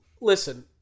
Listen